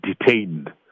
detained